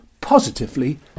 positively